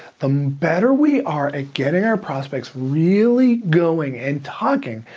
the better we are at getting our prospects really going and talking,